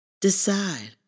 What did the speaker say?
decide